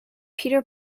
peter